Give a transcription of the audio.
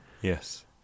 Yes